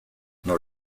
nor